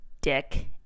Dick